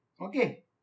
Okay